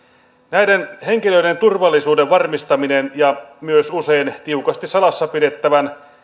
näiden henkilöiden turvallisuuden varmistaminen ja myös usein tiukasti salassa pidettävän